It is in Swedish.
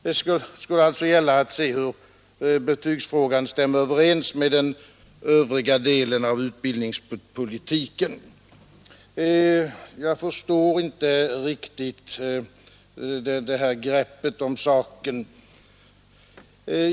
Det skulle alltså gälla att se hur betygsfrågan stämmer överens med den övriga delen av utbildningspolitiken. Jag förstår inte riktigt det här greppet om saken.